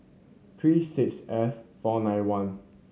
three six F four nine one